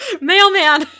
Mailman